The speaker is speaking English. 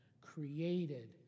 created